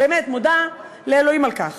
באמת מודה לאלוהים על כך,